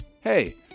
Hey